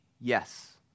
Yes